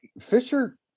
Fisher